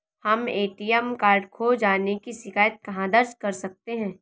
हम ATM card खो जाने की शिकायत कहाँ दर्ज कर सकते हैं?